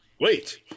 Wait